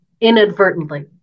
inadvertently